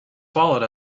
followed